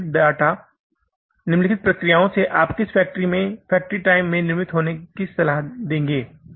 निम्नलिखित डेटा निम्नलिखित प्रक्रियाओं से कि आप किस फैक्ट्री में फैक्ट्री टाइम में निर्मित होने की सलाह देंगे